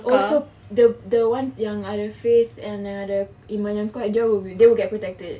oh so the the ones yang ada faith and yang ada iman yang kuat they will be they will get protected